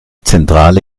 zentrale